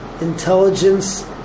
intelligence